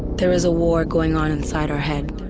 there is a war going on inside our head.